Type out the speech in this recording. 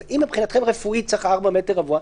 אז אם מבחינתכם רפואי צריך 4 מטר רבוע,